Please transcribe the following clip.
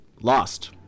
lost